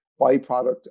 byproduct